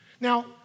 Now